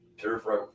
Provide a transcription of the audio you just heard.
Terrified